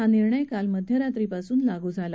हा निर्णय काल मध्यरात्रीपासून लागू झाला